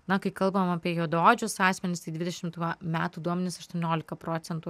na kai kalbam apie juodaodžius asmenis tai dvidešimt metų duomenys aštuoniolika procentų